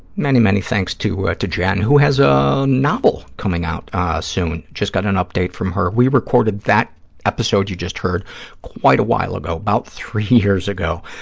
many, many thanks to to jen, who has a novel coming out soon, just got an update from her. we recorded that episode you just heard quite a while ago, about three years ago.